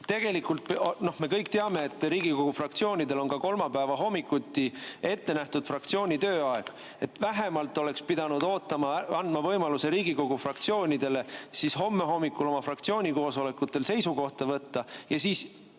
Tegelikult me kõik teame, et Riigikogu fraktsioonidel on ka kolmapäeva hommikuti ette nähtud fraktsiooni tööaeg. Vähemalt oleks pidanud ootama, andma võimaluse Riigikogu fraktsioonidele homme hommikul oma fraktsiooni koosolekul seisukoht võtta ja siis